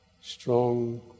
strong